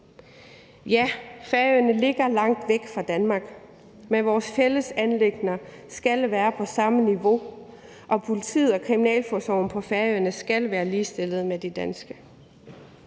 Ja, Færøerne ligger langt væk fra Danmark, men vores fællesanliggender skal være på samme niveau, og politiet og kriminalforsorgen på Færøerne skal være ligestillede med de danske.